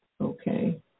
Okay